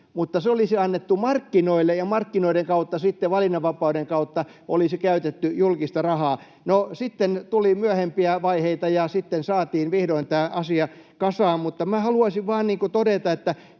mutta se olisi annettu markkinoille ja markkinoiden kautta sitten, valinnanvapauden kautta, olisi käytetty julkista rahaa. No sitten tuli myöhempiä vaiheita, ja sitten saatiin vihdoin tämä asia kasaan. Mutta minä haluaisin vain todeta,